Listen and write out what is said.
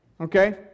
Okay